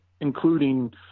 including